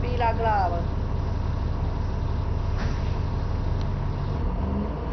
पीला गलाब